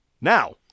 Now